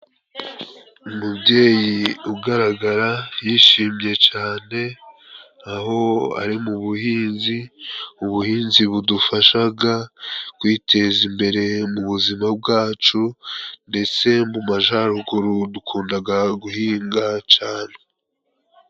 Umubyeyi ugaragara yishimye cane aho ari mu buhinzi, ubuhinzi budufashaga kwiteza imbere mu buzima bwacu ndetse mu mumajaruguru dukundaga guhinga cane.